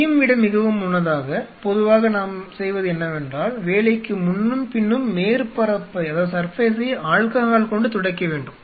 அதையும் விட மிகவும் முன்னதாக பொதுவாக நாம் செய்வது என்னவென்றால் வேலைக்கு முன்னும் பின்னும் மேற்பரப்பை ஆல்கஹால் கொண்டு துடைக்க வேண்டும்